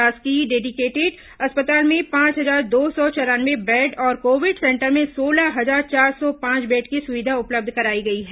शासकीय डेडिकेटेड अस्पताल में पांच हजार दो सौ चौरानवे बेड और कोविड सेंटर में सोलह हजार चार सौ पांच बेड की सुविधा उपलब्ध कराई गई है